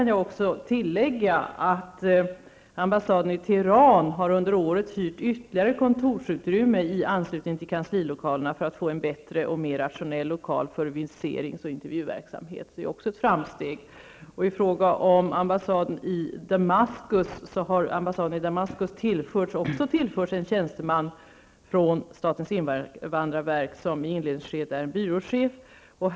Jag kan tillägga att ambassaden i Teheran har under året hyrt ytterligare kontorsutrymme i anslutning till kanslilokalerna för att få en bättre och mer rationell lokal för viserings och intervjuverksamhet. Det är också ett framsteg. Ambassaden i Damaskus har också tillförts en tjänsteman från statens invandrarverk. Det är i inledningsskedet en byråchef.